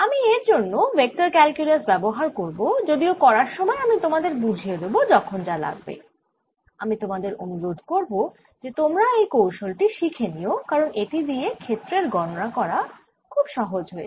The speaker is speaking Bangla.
আমি এর জন্য ভেক্টর ক্যাল্কুলাস ব্যবহার করব যদিও করার সময় আমি তোমাদের বুঝিয়ে দেব যখন যা লাগবে আমি তোমাদের অনুরোধ করব যে তোমরা এই কৌশল টি শিখে নিও কারণ এটি দিয়ে ক্ষেত্রের গণনা করা অনেক সহজ হয়